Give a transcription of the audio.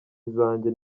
izanjye